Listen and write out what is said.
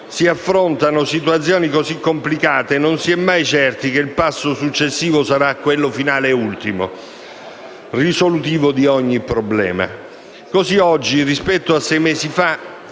si affrontano situazioni cosi complicate, non si è mai certi che il passo successivo sarà quello finale ed ultimo, risolutivo di ogni problema.